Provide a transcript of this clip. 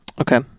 Okay